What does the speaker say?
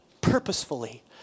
purposefully